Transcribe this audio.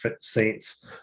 saints